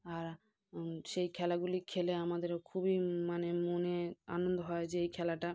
আর সেই খেলাগুলি খেলে আমাদেরও খুবই মানে মনে আনন্দ হয় যে এই খেলাটা